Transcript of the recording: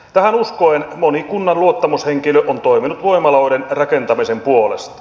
tähän uskoen moni kunnan luottamushenkilö on toiminut voimaloiden rakentamisen puolesta